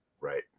Right